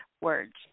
words